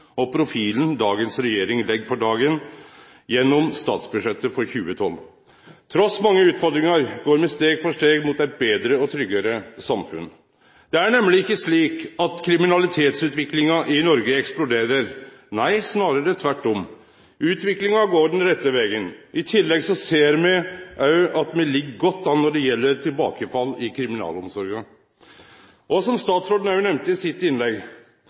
og profilen dagens regjering legg for dagen gjennom statsbudsjettet for 2012. Trass i mange utfordringar går me steg for steg mot eit betre og tryggare samfunn. Det er nemleg ikkje slik at kriminalitetsutviklinga i Noreg eksploderer. Nei, snarare tvert om. Utviklinga går den rette vegen. I tillegg ser me at me ligg godt an når det gjeld tilbakefall i kriminalomsorga. Og som statsråden også nemnde i sitt innlegg: